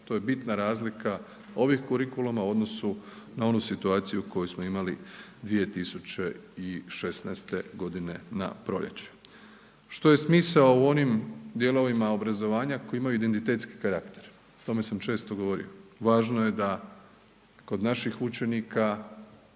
to je bitna razlika ovih kurikuluma u odnosu na onu situaciju koju smo imali 2016.g. na proljeće, što je smisao u onim dijelovima obrazovanja koji imaju entitetski karakter, o tome sam često govorio, važno je da kod naših učenika